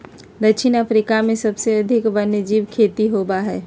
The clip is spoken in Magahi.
दक्षिण अफ्रीका में सबसे अधिक वन्यजीव खेती होबा हई